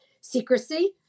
secrecy